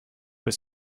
was